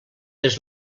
des